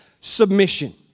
submission